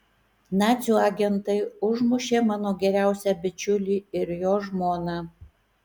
nacių agentai užmušė mano geriausią bičiulį ir jo žmoną